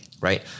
Right